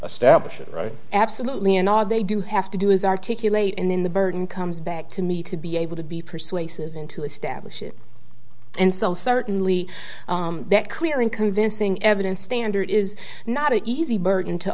to right absolutely and all they do have to do is articulate and then the burden comes back to me to be able to be persuasive and to establish it and so certainly that clear and convincing evidence standard is not an easy burden to